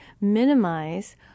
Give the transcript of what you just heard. minimize